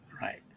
Right